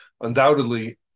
undoubtedly